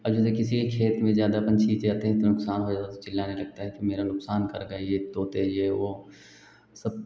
वह जैसे किसी के खेत में ज़्यादा पक्षी जाते हैं तो नुकसान हो या चिल्लाने लगता है यह तो मेरा नुकसान कर गए हैं यह तोते यह वह सब